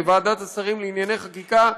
לוועדת השרים לענייני חקיקה,